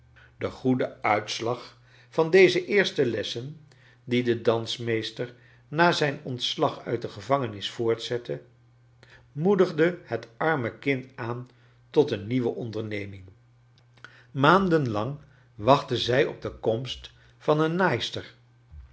de goede uitslag van deze eerste lessen die de dansmeester na zijn ontslag uit de gevangenis voortzette moedigde het arme kind aan tot een nieuwe onderneming maanden lang wachtte zij op de komst van een naaister